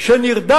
הם היו באירופה.